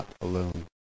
alone